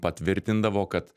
patvirtindavo kad